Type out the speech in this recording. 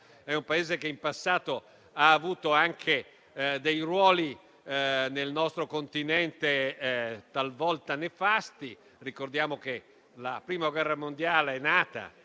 è un Paese che in passato ha avuto anche dei ruoli nel nostro continente talvolta nefasti. Ricordiamo che la Prima guerra mondiale è nata